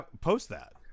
post-that